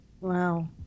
Wow